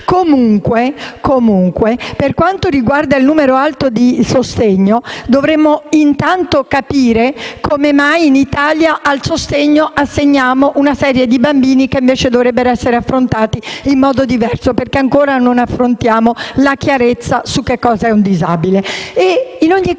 Comunque, per quanto riguarda il numero alto di insegnanti di sostegno, dovremmo intanto capire come mai in Italia assegniamo al sostegno una serie di bambini che invece dovrebbero essere trattati in modo diverso, perché ancora non definiamo con chiarezza cosa sia un disabile.